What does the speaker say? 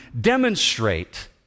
demonstrate